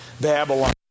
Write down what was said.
Babylon